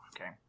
okay